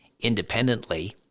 independently